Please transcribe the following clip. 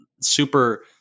super